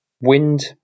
Wind